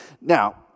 now